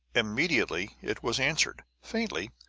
immediately it was answered, faintly,